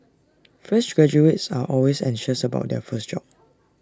fresh graduates are always anxious about their first job